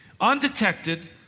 undetected